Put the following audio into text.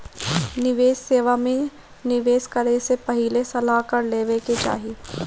निवेश सेवा में निवेश करे से पहिले सलाह कर लेवे के चाही